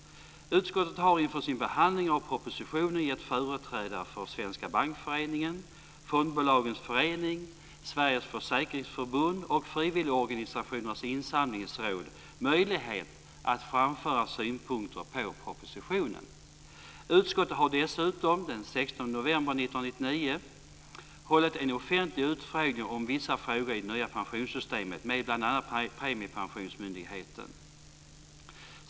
Utskottet har inför sin behandling av propositionen gett företrädare för Svenska Bankföreningen, Fondbolagens förening, Sveriges försäkringsförbund och Frivilligorganisationernas insamlingsråd möjlighet att framföra synpunkter på propositionen. hållit en offentlig utfrågning om vissa frågor i det nya pensionssystemet med bl.a. Premiepensionsmyndigheten.